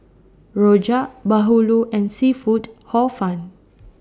Rojak Bahulu and Seafood Hor Fun